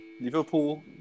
Liverpool